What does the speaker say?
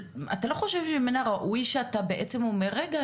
אתה לא חושב שמן הראוי שאתה בעצם תאמר רגע,